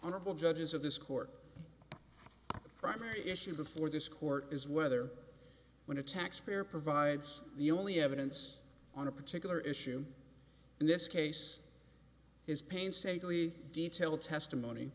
honorable judges of this court primary issue before this court is whether when a taxpayer provides the only evidence on a particular issue and this case is painstakingly detailed testimony